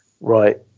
right